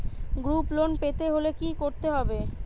Group loan পেতে হলে কি করতে হবে?